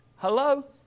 Hello